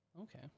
Okay